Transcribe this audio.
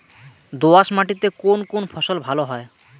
দোঁয়াশ মাটিতে কোন কোন ফসল ভালো হয়?